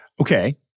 Okay